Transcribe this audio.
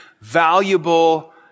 valuable